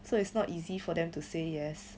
so it's not easy for them to say yes